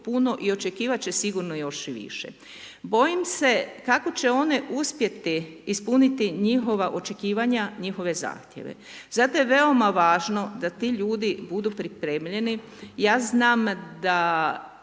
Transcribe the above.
puno i očekivati će sigurno još i više. Bojim se kako će one uspjeti ispuniti njihova očekivanja, njihove zahtjeve. Zato je veoma važno da ti ljudi budu pripremljeni. Ja znam da